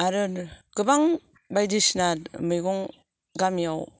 आरो गोबां बायदिसिना मैगं गामिआव